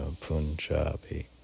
Punjabi